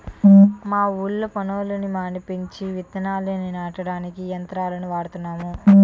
మా ఊళ్ళో పనోళ్ళని మానిపించి విత్తనాల్ని నాటడానికి యంత్రాలను వాడుతున్నాము